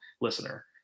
listener